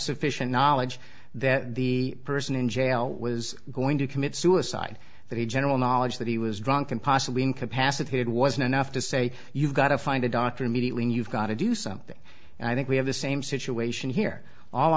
sufficient knowledge that the person in jail was going to commit suicide that he general knowledge that he was drunk and possibly incapacitated wasn't enough to say you've got to find a doctor immediately and you've got to do something and i think we have the same situation here